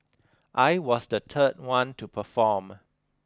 I was the third one to perform